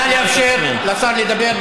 נא לאפשר לשר לדבר.